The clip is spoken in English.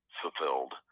fulfilled